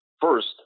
first